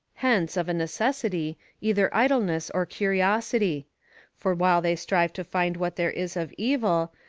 hence, of a necessity, either idleness or curiosity for while they strive to find what there is of evil,